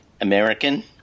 American